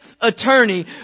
attorney